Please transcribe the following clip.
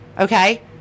okay